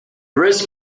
risk